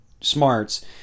smarts